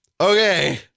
okay